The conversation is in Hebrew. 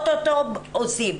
או-טו-טו עושים.